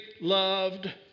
loved